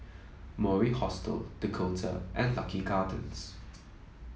Mori Hostel Dakota and Lucky Gardens